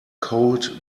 cold